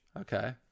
Okay